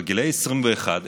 בגיל 21,